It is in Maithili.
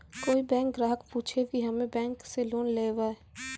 कोई बैंक ग्राहक पुछेब की हम्मे बैंक से लोन लेबऽ?